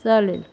चालेल